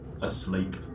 asleep